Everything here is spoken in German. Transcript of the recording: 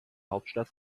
hauptstadt